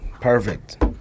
Perfect